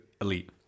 Elite